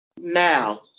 now